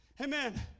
Amen